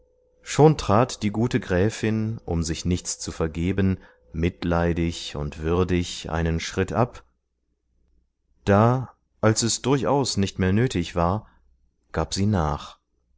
schon trat die gute gräfin um sich nichts zu vergeben mitleidig und würdig einen schritt ab da als es durchaus nicht mehr nötig war gab sie nach